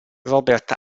robert